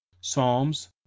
Psalms